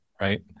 right